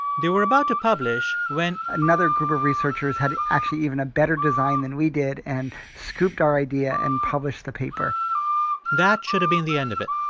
they were about to publish when. another group of researchers had actually even a better design than we did and scooped our idea and published the paper that should have been the end of it.